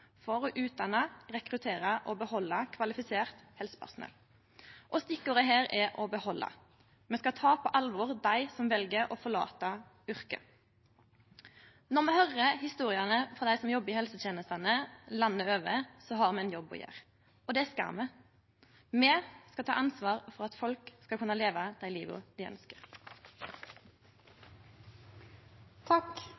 for å utdanne, rekruttere og behalde kvalifisert helsepersonell. Stikkordet her er å behalde. Me skal ta på alvor dei som vel å forlate yrket. Når me høyrer historiene til dei som jobbar i helsetenestene landet over, har me ein jobb å gjere. Og det skal me. Me skal ta ansvar for at folk skal kunne leve det livet dei